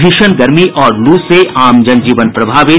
भीषण गर्मी और लू से आम जनजीवन प्रभावित